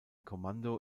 kommando